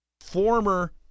former